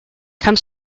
comes